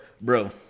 Bro